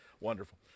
Wonderful